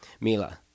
Mila